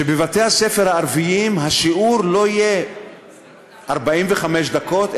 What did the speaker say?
שבבתי-הספר הערביים השיעור לא יהיה 45 דקות,